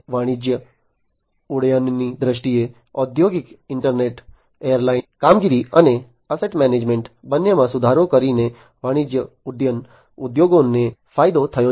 વાણિજ્યિક ઉડ્ડયનની દ્રષ્ટિએ ઔદ્યોગિક ઈન્ટરનેટ એરલાઈન કામગીરી અને એસેટ મેનેજમેન્ટ બંનેમાં સુધારો કરીને વાણિજ્યિક ઉડ્ડયન ઉદ્યોગોને ફાયદો થયો છે